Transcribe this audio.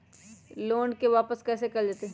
Loan के वापस कैसे कैल जतय?